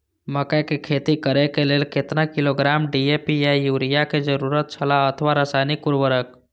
मकैय के खेती करे के लेल केतना किलोग्राम डी.ए.पी या युरिया के जरूरत छला अथवा रसायनिक उर्वरक?